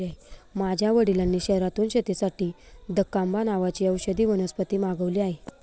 माझ्या वडिलांनी शहरातून शेतीसाठी दकांबा नावाची औषधी वनस्पती मागवली आहे